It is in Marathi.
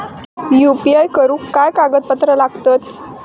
यू.पी.आय करुक काय कागदपत्रा लागतत?